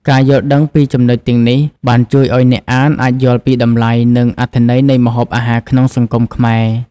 ការយល់ដឹងពីចំណុចទាំងនេះបានជួយឲ្យអ្នកអានអាចយល់ពីតម្លៃ និងអត្ថន័យនៃម្ហូបអាហារក្នុងសង្គមខ្មែរ។